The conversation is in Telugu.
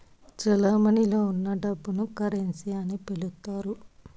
చెలమణిలో ఉన్న డబ్బును కరెన్సీ అని పిలుత్తారు